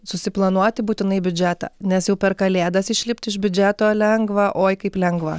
susiplanuoti būtinai biudžetą nes jau per kalėdas išlipt iš biudžeto lengva oi kaip lengva